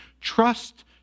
trust